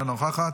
אינה נוכחת.